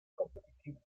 competitivo